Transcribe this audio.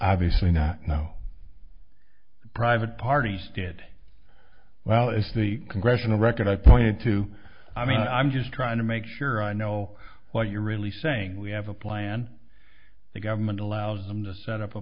obviously not no private parties did well if the congressional record i pointed to i mean i'm just trying to make sure i know what you're really saying we have a plan the government allows them to set up a